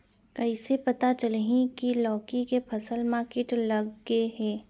कइसे पता चलही की लौकी के फसल मा किट लग गे हे?